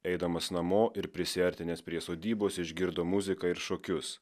eidamas namo ir prisiartinęs prie sodybos išgirdo muziką ir šokius